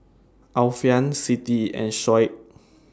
Alfian Siti and Shoaib